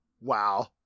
Wow